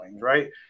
right